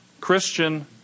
Christian